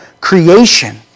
creation